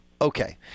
Okay